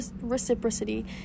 reciprocity